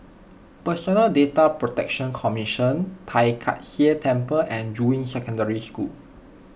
Personal Data Protection Commission Tai Kak Seah Temple and Juying Secondary School